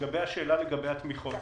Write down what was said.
לגבי השאלה בעניין התמיכות.